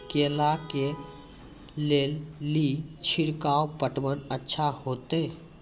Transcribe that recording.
केला के ले ली छिड़काव पटवन अच्छा होते?